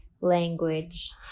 language